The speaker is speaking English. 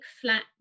flat